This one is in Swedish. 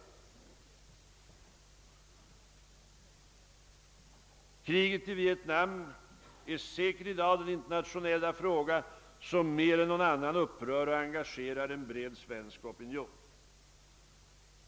Kriget i Vietnam är säkert i dag den internationella fråga som mer än någon annan upprör och engagerar en bred svensk opinion.